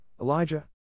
Elijah